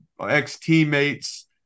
ex-teammates